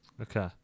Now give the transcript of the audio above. Okay